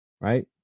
right